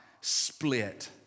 split